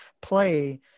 play